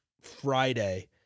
Friday